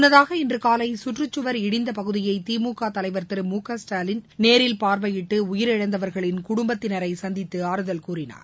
முன்னதாக இன்று காலை சுற்றுச்சுவர் இடிந்த பகுதியை திமுக தலைவர் திரு மு க ஸ்டாலின் நேரில் பார்வையிட்டு உயிரிழந்தவர்களின் குடும்பத்தினரை சந்தித்து ஆறுதல் கூறினார்